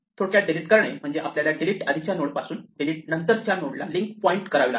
थोडक्यात डिलीट करणे म्हणजे आपल्याला डिलीट आधीच्या नोड पासून डिलीट नंतर च्या नोड ला लिंक पॉईंट करावी लागते